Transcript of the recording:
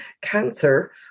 cancer